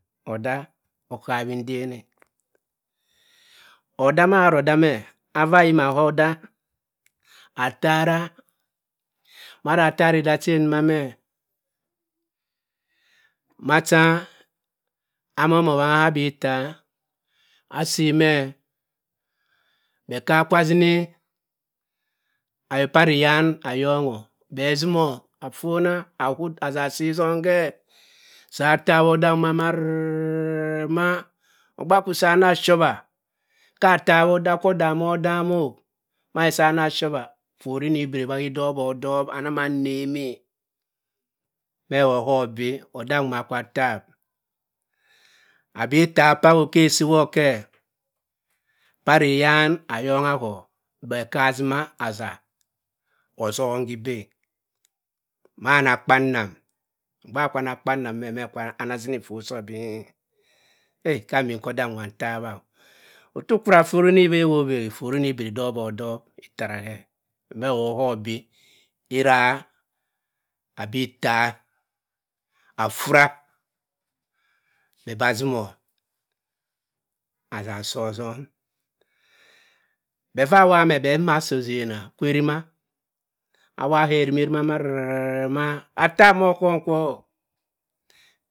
Odah ohawindeneh odah amaro odah meh affa yimah hoh odah atara mara atarech eda chen mmom-eh ma-cha amumoh owangha bi-ita asi meh beh kwa kwa ashini abeh pab ariyan ayongho beh timoh afona awut asia asi songhe tah atawodah marere ma ogba kwu ashiwa kah atawo odah moh odam mo masan ashiwa ifuri nne biri beh edo woh odop aneng mah animi beh woh ohop bi odak wumo kwa atawap abi-ita awoki esi wokeh pari yan ayongh hoh beh kah atimeh asah osom neh evi mana akpanem ogbr kwuna kpenem meh akwa atini ifohr soh mi heh hamin kwo oda nwa ntawa oto kwara ifohr ni ewehowek ifoh-ni wuru biri idowo odop itera here beh ohop beh ohop bi yera abi-ita afra beba atimo ata asi otom befah wamr beh mma asi osena kwurima awahe erimorina tuterih atap moh okum kwo